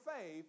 faith